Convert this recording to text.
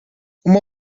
uma